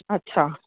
અચ્છા